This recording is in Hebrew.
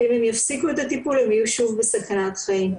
ואם הם יפסיקו את הטיפול הם יהיו שוב בסכנת חיים.